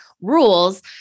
rules